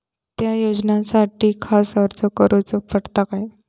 त्या योजनासाठी खास अर्ज करूचो पडता काय?